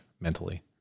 mentally